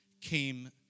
came